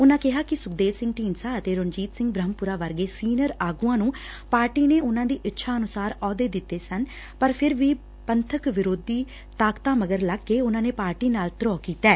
ਉਨੂਾ ਕਿਹਾ ਕਿ ਸੁਖਦੇਵ ਸਿੰਘ ਢੀਡਸਾ ਅਤੇ ਰਣਜੀਤ ਸਿੰਘ ਬ੍ਹਹਮਪੁਰਾ ਵਰਗੇ ਸੀਨੀਅਰ ਆਗੁਆਂ ਨੂੰ ਪਾਰਟੀ ਨੇ ਊਨਾਂ ਦੀ ਇੱਛਾ ਅਨੁਸਾਰ ਅਹੁੱਦੇ ਦਿੱਤੇ ਪਰ ਫਿਰ ਵੀ ਪੰਬਕ ਵਿਰੋਧੀ ਤਾਕਤਾਂ ਮਗਰ ਲੱਗ ਕੇ ਉਨੂਾ ਨੇ ਪਾਰਟੀ ਨਾਲ ਧਰੋਹ ਕੀਤੈ